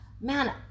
man